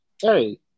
hey